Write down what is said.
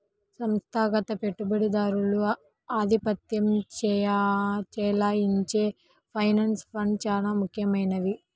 సంస్థాగత పెట్టుబడిదారులు ఆధిపత్యం చెలాయించే పెన్షన్ ఫండ్స్ చాలా ముఖ్యమైనవి